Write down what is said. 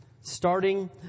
starting